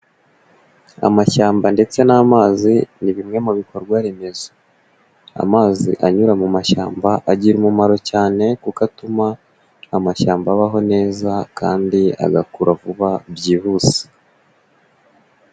Amashyamba ndetse n'amazi ni bimwe mu bikorwa remezo, amazi anyura mu mashyamba agira umumaro cyane kuko atuma amashyamba abaho neza kandi agakura vuba byihuse.